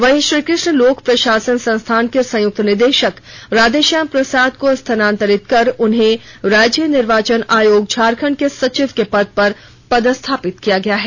वहीं श्रीकृष्ण लोक प्रशासन संस्थान के संयुक्त निदेशक राधेश्याम प्रसाद को स्थाानांतरित कर उन्हें राज्य निर्वाचन आयोग झारखंड के सचिव के पद पर पदस्थापित किया है